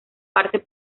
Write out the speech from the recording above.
parte